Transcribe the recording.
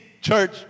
church